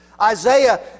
Isaiah